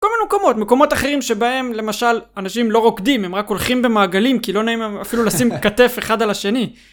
כל מיני מקומות, מקומות אחרים שבהם למשל אנשים לא רוקדים, הם רק הולכים במעגלים, כי לא נעים אפילו לשים כתף אחד על השני.